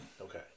Okay